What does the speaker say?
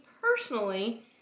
personally